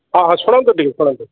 ହଁ ହଁ ଶୁଣନ୍ତୁ ଟିକିଏ ଶୁଣନ୍ତୁ